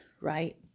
right